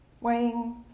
weighing